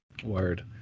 word